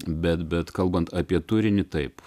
bet bet kalbant apie turinį taip